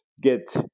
get